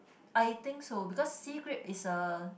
I think so because sea grape is a